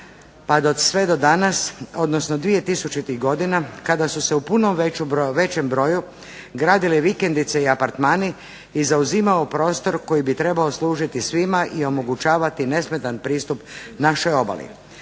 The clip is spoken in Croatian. pa do sve do danas odnosno 2000.-ih godina kada su se u puno većem broju gradile vikendice i apartmani i zauzimao prostor koji bi trebao služiti svima i omogućavati nesmetan pristup našoj obali.